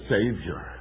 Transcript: Savior